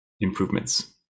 improvements